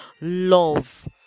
love